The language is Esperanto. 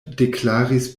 deklaris